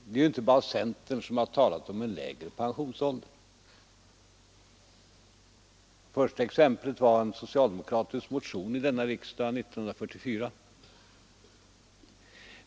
Det är inte bara centern som talat om en lägre pensionsålder — det första exemplet var en socialdemokratisk motion i riksdagen år 1944.